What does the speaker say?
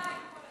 כל היום.